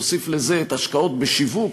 תוסיף לזה השקעות בשיווק,